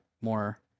more